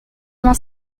vingt